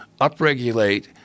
upregulate